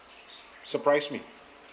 surprise me